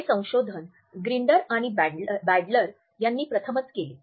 हे संशोधन ग्रिंडर आणि बँडलर यांनी प्रथमच केले